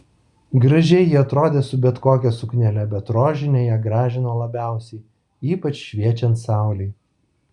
gražiai ji atrodė su bet kokia suknele bet rožinė ją gražino labiausiai ypač šviečiant saulei